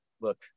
look